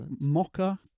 mocha